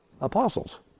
Apostles